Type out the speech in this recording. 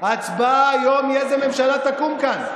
ההצבעה היום היא איזו ממשלה תקום כאן.